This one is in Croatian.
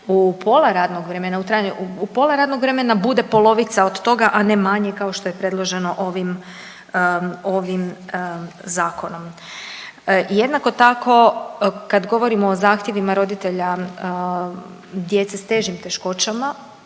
u pola radnog vremena bude polovica od toga, a ne manje kao što je predloženo ovim, ovim zakonom. Jednako tako kad govorimo o zahtjevima roditelja djece s težim teškoćama